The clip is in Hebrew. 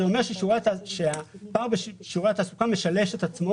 זה אומר שהפער בשיעורי התעסוקה משלש את עצמו